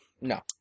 No